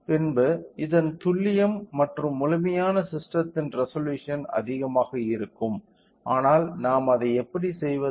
பின்பு இதன் துல்லியம் மற்றும் முழுமையான ஸிஸ்டெத்தின் ரெசொலூஷன் அதிகமாக இருக்கும் ஆனால் நாம் அதை எப்படி செய்வது